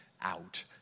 out